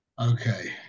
Okay